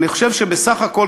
אני חושב שבסך הכול,